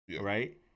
right